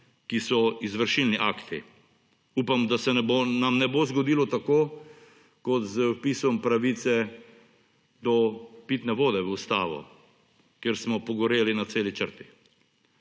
ki so izvršilni akti – upam, da se nam ne bo zgodilo tako kot z vpisom pravice do pitne vode v ustavo, kjer smo pogoreli na celi črti.